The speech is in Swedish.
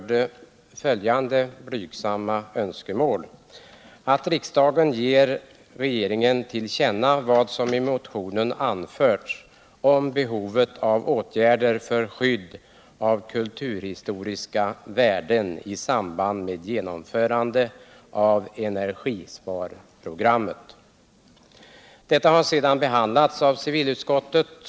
Detta har sedan behandlats av civilutskottet.